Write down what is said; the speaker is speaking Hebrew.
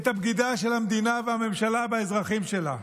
את הבגידה של המדינה והממשלה באזרחים שלה.